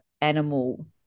animal